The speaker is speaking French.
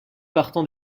partant